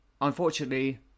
unfortunately